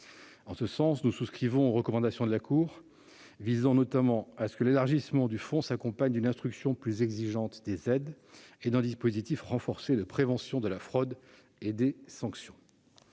En ce sens, nous souscrivons aux recommandations de la Cour des comptes visant à ce que l'élargissement du fonds s'accompagne d'une instruction plus exigeante des aides et d'un dispositif renforcé de prévention de la fraude et des sanctions.